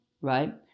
Right